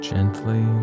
Gently